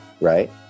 Right